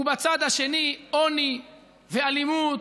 ובצד השני עוני ואלימות,